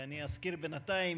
ואני אזכיר בינתיים,